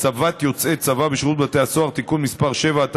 (הצבת יוצאי צבא בשירות בתי הסוהר) (תיקון מס' 7),